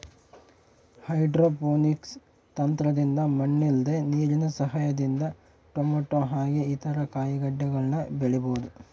hydroponics ತಂತ್ರದಿಂದ ಮಣ್ಣಿಲ್ದೆ ನೀರಿನ ಸಹಾಯದಿಂದ ಟೊಮೇಟೊ ಹಾಗೆ ಇತರ ಕಾಯಿಗಡ್ಡೆಗಳನ್ನ ಬೆಳಿಬೊದು